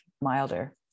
milder